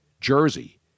jersey